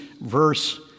verse